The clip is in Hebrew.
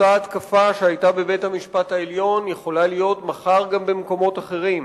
אותה התקפה שהיתה בבית-המשפט העליון יכולה להיות מחר גם במקומות אחרים.